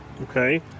Okay